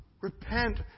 Repent